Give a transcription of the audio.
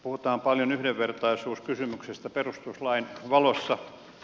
puhutaan paljon yhdenvertaisuuskysymyksestä perustuslain valossa